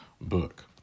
book